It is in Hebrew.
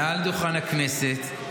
מעל דוכן הכנסת,